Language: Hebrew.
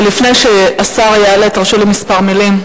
ולפני שהשר יעלה, תרשו לי כמה מלים.